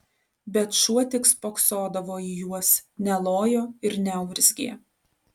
bet šuo tik spoksodavo į juos nelojo ir neurzgė